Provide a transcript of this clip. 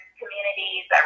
communities